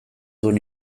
dun